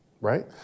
right